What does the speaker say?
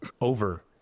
over